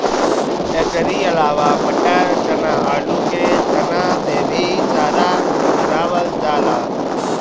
एकरी अलावा मटर, चना, आलू के तना से भी चारा बनावल जाला